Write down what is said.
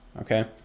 Okay